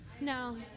No